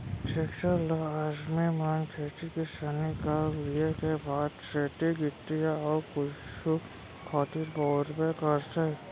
tractor ल आदमी मन खेती किसानी कर लिये के बाद रेती गिट्टी या अउ कुछु खातिर बउरबे करथे